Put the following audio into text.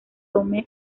tome